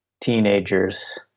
teenagers